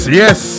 yes